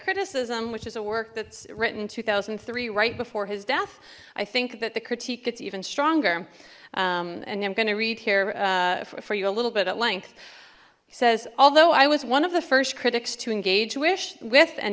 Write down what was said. criticism which is a work that's written two thousand and three right before his death i think that the critique gets even stronger and i'm going to read here for you a little bit at length he says although i was one of the first critics to engage wish with and